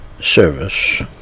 Service